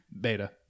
beta